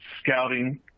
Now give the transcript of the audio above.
scouting